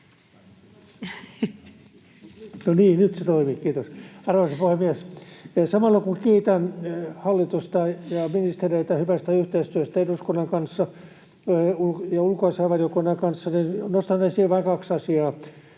No niin, nyt se toimii, kiitos. — Arvoisa puhemies! Samalla kun kiitän hallitusta ja ministereitä hyvästä yhteistyöstä eduskunnan kanssa ja ulkoasiainvaliokunnan kanssa, niin nostan esiin vain kaksi asiaa.